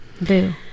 Boo